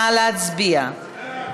נא להצביע.